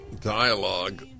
dialogue